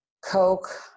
Coke